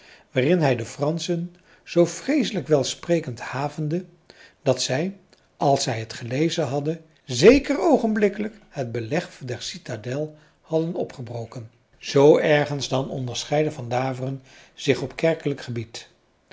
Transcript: waarin hij de franschen zoo vreeselijk welsprekend havende dat zij als zij het gelezen hadden zeker oogenblikkelijk het beleg der citadel hadden opgebroken zoo ergens dan onderscheidde van daveren zich op kerkelijk gebied